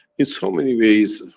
in so many ways.